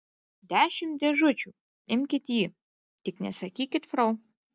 dešimt dėžučių imkit jį tik nesakykit frau